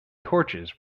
torches